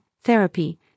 therapy